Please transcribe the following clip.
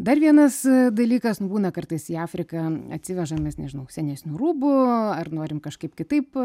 dar vienas dalykas nu būna kartais į afriką atsivežam mes nežinau senesnių rūbų ar norim kažkaip kitaip